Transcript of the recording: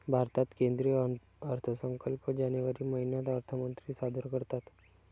भारतात केंद्रीय अर्थसंकल्प जानेवारी महिन्यात अर्थमंत्री सादर करतात